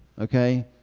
okay